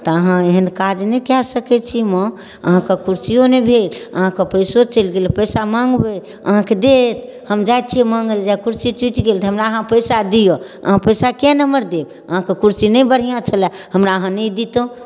तऽ अहाँ एहन काज नहि कऽ सकै छी माँ अहाँके कुरसिओ नहि भेल अहाँके पइसो चलि गेल पइसा माँगबै अहाँके देत हम जाइ छिए माँगैलए कुरसी टुटि गेल तऽ हमरा अहाँ पइसा दिअऽ अहाँ पइसा किएक नहि हमर देब अहाँके कुरसी नहि बढ़िआँ छलै हमरा अहाँ नहि देतहुँ